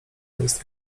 jest